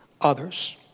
others